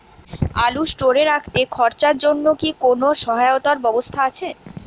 আলু স্টোরে রাখতে খরচার জন্যকি কোন সহায়তার ব্যবস্থা আছে?